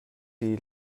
sie